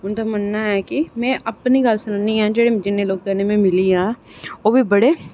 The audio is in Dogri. उं'दा मन्नना ऐ कि में अपनी गल्ल सनान्नी आं कि जिन्ने लोकें कन्नै में मिली आं ओह्बी बड़े